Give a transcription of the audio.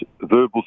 verbal